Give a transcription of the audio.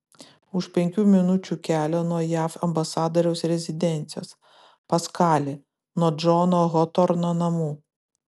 už penkių minučių kelio nuo jav ambasadoriaus rezidencijos paskali nuo džono hotorno namų